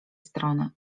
strony